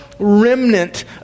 remnant